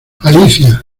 alicia